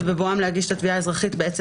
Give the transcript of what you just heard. ובבואם להגיש את התביעה האזרחית בעצם